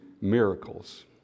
miracles